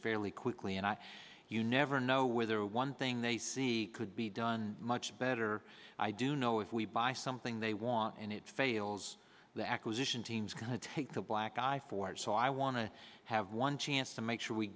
fairly quickly and you never know whether one thing they see could be done much better i do know if we buy something they want and it fails the acquisition teams can take the black eye for it so i want to have one chance to make sure we